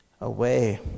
away